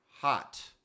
hot